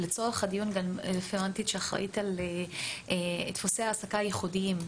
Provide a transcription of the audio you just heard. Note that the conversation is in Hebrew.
ולצורך הדיון גם רפרנטית שאחראית על דפוסי ההעסקה הייחודיים,